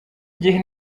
gihe